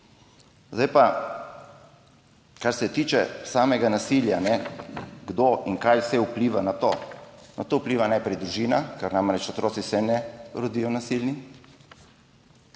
Zdaj pa, kar se tiče samega nasilja, kdo in kaj vse vpliva na to. Na to vpliva najprej družina, ker namreč otroci se ne rodijo nasilni.